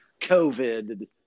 covid